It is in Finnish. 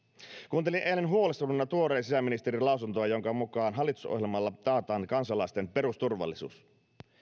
kuuntelin eilen huolestuneena tuoreen sisäministerin lausuntoa jonka mukaan hallitusohjelmalla taataan kansalaisten perusturvallisuus